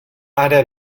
ara